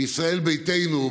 ישראל ביתנו,